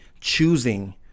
choosing